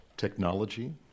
Technology